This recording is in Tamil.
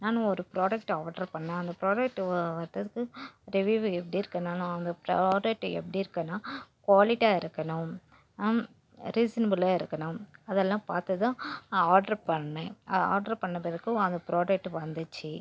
நான் ஒரு ப்ராடெக்ட் ஆர்ட்ரு பண்ணேண் அந்த ப்ராடெக்ட் வா ரிவ்வியூவு எப்படிருக்குன்னா நான் அந்த ப்ராடெக்டு எப்படி இருக்குதுன்னா குவாலிட்டியாக இருக்கணும் ரிசனபில்லாருக்கணும் அதெல்லாம் பார்த்து தான் ஆர்ட்ரு பண்ணேண் ஆர்ட்ரு பண்ணிண பிறகு அந்த ப்ராடெக்டு வந்துச்சு